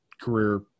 career